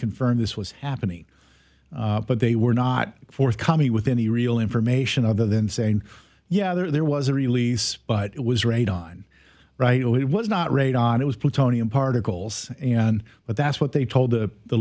confirmed this was happening but they were not forthcoming with any real information other than saying yeah there was a release but it was raid on right oh it was not radon it was plutonium particles and but that's what they told the